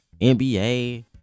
NBA